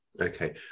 okay